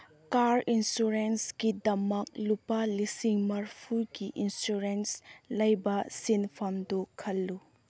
car ꯏꯟꯁꯨꯔꯦꯟꯀꯤꯗꯃꯛ ꯂꯨꯄꯥ ꯂꯤꯁꯤꯡ ꯃꯔꯐꯨꯒꯤ ꯏꯟꯁꯨꯔꯦꯟꯁ ꯂꯩꯕ ꯁꯦꯟꯐꯝꯗꯨ ꯈꯜꯂꯨ